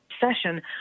session